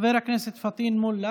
חבר הכנסת פטין מולא,